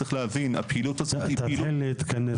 צריך להבין הפעילות הזאת היא פעילות --- תתחיל להתכנס.